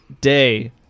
day